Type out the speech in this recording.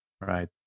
Right